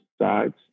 sides